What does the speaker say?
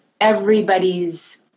everybody's